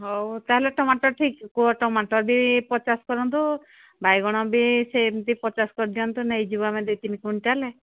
ହଉ ତାହେଲେ ଟମାଟୋର ଠିକ୍ କୁହ ଟମାଟୋ ବି ପଚାଶ କରନ୍ତୁ ବାଇଗଣ ବି ସେ ଏମିତି ପଚାଶ କରିଦିଅନ୍ତୁ ନେଇଯିବୁ ଆମେ ଦୁଇ ତିନି କୁଇଣ୍ଟାଲ୍ ହେଲେ